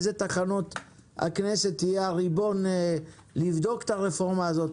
באיזה תחנות הכנסת תהיה הריבון לבדוק את הרפורמה הזאת,